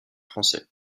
français